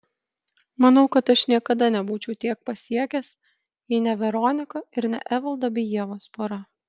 manau kad aš niekada nebūčiau tiek pasiekęs jei ne veronika ir ne evaldo bei ievos pora